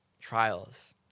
trials